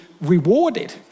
rewarded